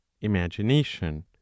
imagination